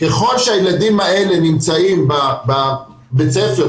ככל שהילדים האלה נמצאים בבית הספר,